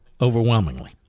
overwhelmingly